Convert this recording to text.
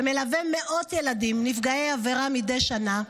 שמלווה מאות ילדים נפגעי עבירה מדי שנה,